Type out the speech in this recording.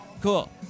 Cool